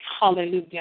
Hallelujah